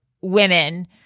women